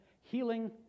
Healing